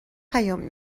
پیام